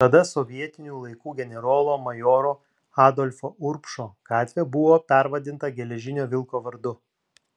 tada sovietinių laikų generolo majoro adolfo urbšo gatvė buvo pervadinta geležinio vilko vardu